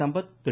Sampath Thiru